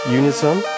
unison